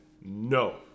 No